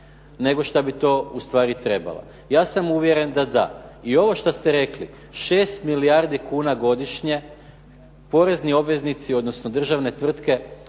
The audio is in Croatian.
nego šta bi to ustvari trebala. Ja sam uvjeren da da. I ovo što ste rekli 6 milijardi kuna godišnje, porezni obveznici, odnosno državne tvrtke